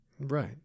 Right